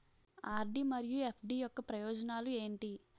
RD మరియు FD యొక్క ప్రయోజనాలు ఏంటి?